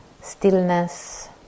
stillness